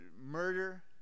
murder